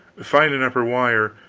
find an upper wire,